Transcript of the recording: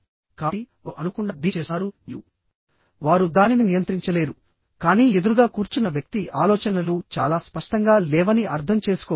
కాబట్టివారు అనుకోకుండా దీన్ని చేస్తున్నారు మరియు వారు దానిని నియంత్రించలేరుకానీ ఎదురుగా కూర్చున్న వ్యక్తి ఆలోచనలు చాలా స్పష్టంగా లేవని అర్థం చేసుకోవచ్చు